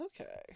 okay